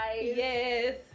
Yes